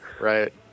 Right